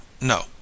no